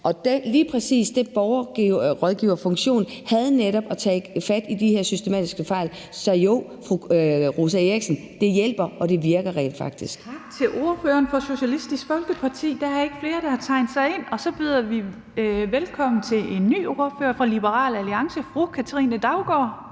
og lige præcis den borgerrådgiverfunktion havde netop til opgave at tage fat i de her systematiske fejl. Så jo, fru Rosa Eriksen, det hjælper, og det virker rent faktisk. Kl. 10:14 Den fg. formand (Theresa Berg Andersen): Tak til ordføreren fra Socialistisk Folkeparti. Der er ikke flere, der har tegnet sig ind til korte bemærkninger. Så byder vi velkommen til ordføreren fra Liberal Alliance, fru Katrine Daugaard.